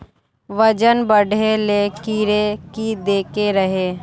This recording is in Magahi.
वजन बढे ले कीड़े की देके रहे?